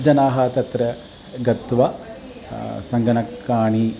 जनाः तत्र गत्वा सङ्गणकानि